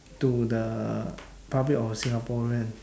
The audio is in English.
to the public of singaporean